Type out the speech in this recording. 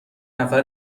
نفر